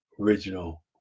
original